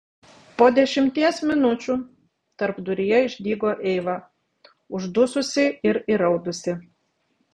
po dešimties minučių tarpduryje išdygo eiva uždususi ir įraudusi